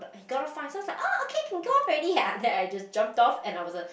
he got off fine so I was like oh okay can go off already ah then I jumped off and I was a